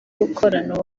gukorana